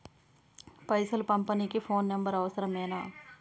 పైసలు పంపనీకి phone number అవసరమేనా?